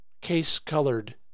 case-colored